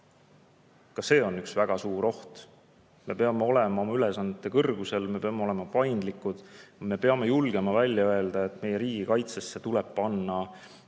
Ka see on üks väga suur oht. Me peame olema oma ülesannete kõrgusel, me peame olema paindlikud. Me peame julgema välja öelda, et meie riigikaitsesse tuleb panna täiendavad rahalised